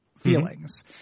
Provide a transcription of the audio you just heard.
feelings